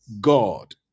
God